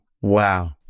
Wow